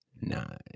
nine